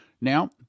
Now